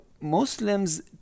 Muslims